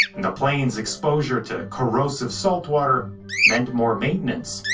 and the plane's exposure to corrosive salt water meant more maintenance.